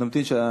נמתין.